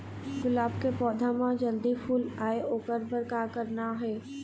गुलाब के पौधा म जल्दी फूल आय ओकर बर का करना ये?